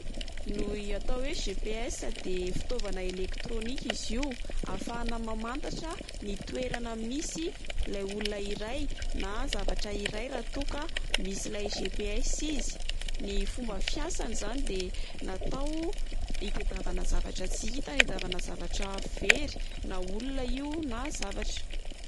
Noi- atao oe GPS de fitaovana elektronika izy io ahafahana mamantatra ny toerana misy ilay olona iray, na zavatra iray raha toa ka misy ilay GPS izy. Ny fomba fihasany izany de natao itadiavana zavatra tsy hita itadiavana zavatra very na olona io na zavatra.